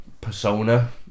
persona